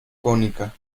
cónica